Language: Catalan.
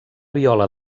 viola